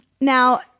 Now